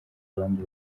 abandi